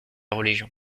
religion